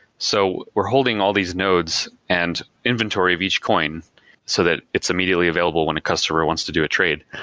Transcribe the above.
so we're holding all these nodes and inventory of each coin so that it's immediately available when a customer wants to do a trade,